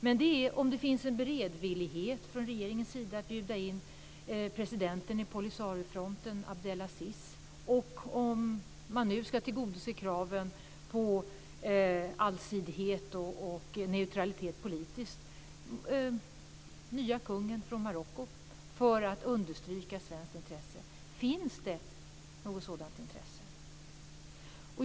Det är fråga om det finns en beredvillighet från regeringens sida att bjuda in presidenten i Polisariofronten, Abd al-Aziz, och om man nu ska tillgodose kraven på allsidighet och neutralitet politiskt och bjuda in den nye kungen i Marocko, för att understryka svenskt intresse. Finns det något sådant intresse?